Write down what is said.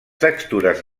textures